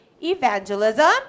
evangelism